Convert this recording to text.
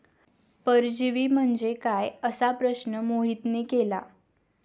परजीवी म्हणजे काय? असा प्रश्न मोहितने केला